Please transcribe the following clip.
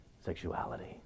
sexuality